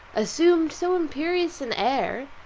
assumed so imperious an air,